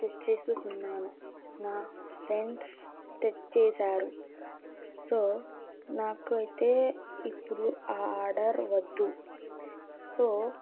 తెచ్చేసుకున్నాను నా ఫ్రెండ్స్ తెచ్చేసారు సో నాకైతే ఇప్పుడు ఆ ఆర్డర్ వద్దు సో